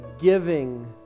giving